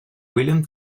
william